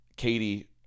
Katie